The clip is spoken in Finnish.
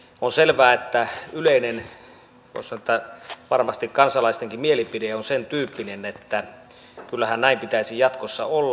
on selvää että yleinen voisi sanoa että varmasti kansalaistenkin mielipide on sentyyppinen että kyllähän näin pitäisi jatkossa olla